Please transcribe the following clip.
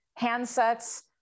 handsets